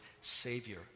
Savior